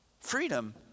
Freedom